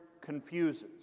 confuses